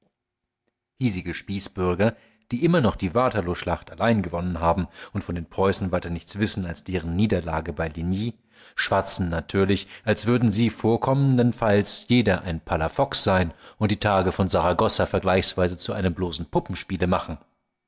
hiesige spießbürger die immer noch die waterloo schlacht allein gewonnen haben und von den preußen weiter nichts wissen als deren niederlage bei ligny schwatzen natürlich als würden sie vorkommendenfalls jeder ein palafox sein und die tage von saragossa vergleichsweise zu einem bloßen puppenspiele machen